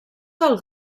del